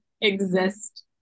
exist